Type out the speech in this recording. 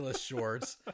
shorts